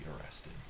arrested